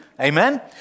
Amen